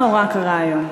דבר נורא קרה היום,